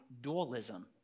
dualism